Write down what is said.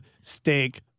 Steak